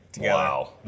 Wow